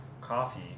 coffee